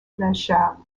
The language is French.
blanchard